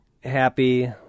happy